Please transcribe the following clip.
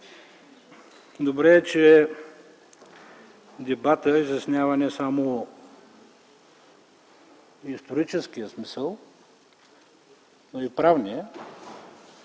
Добре е, че дебатът изяснява не само историческия смисъл, но и правния.